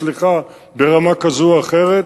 מצליחה ברמה כזו או אחרת.